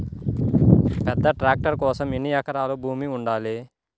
పెద్ద ట్రాక్టర్ కోసం ఎన్ని ఎకరాల భూమి ఉండాలి?